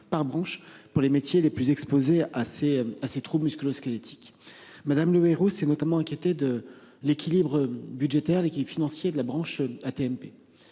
par branches, pour les métiers les plus exposés aux troubles musculo-squelettiques. Mme Annie Le Houerou s'est notamment inquiétée de l'équilibre budgétaire et financier de la branche AT-MP.